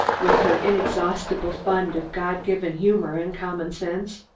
with her inexhaustible fund of god-given humor and common sense,